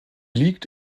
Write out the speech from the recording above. liegt